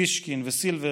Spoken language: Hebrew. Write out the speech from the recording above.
אוסישקין וסילבר